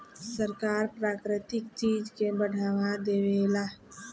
सरकार प्राकृतिक चीज के बढ़ावा देवेला